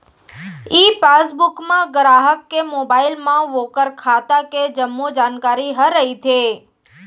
ई passbook म गराहक के मोबाइल म ओकर खाता के जम्मो जानकारी ह रइथे